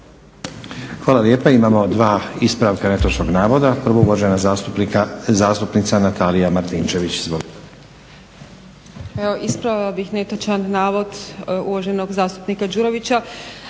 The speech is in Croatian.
Hvala lijepa. Imamo dva ispravka netočnog navoda. Prvo uvažena zastupnica Natalija Martinčević.